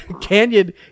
Canyon